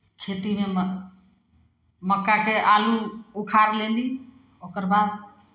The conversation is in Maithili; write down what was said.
खेतीमे मक मक्काके आलू उखाड़ लेली ओकर बाद